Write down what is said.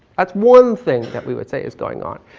that's one thing that we would say is going on.